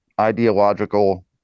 ideological